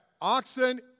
oxen